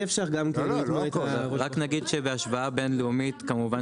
אי אפשר --- רק נגיד שבהשוואה בינלאומית, כמובן